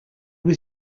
was